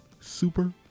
Super